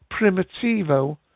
Primitivo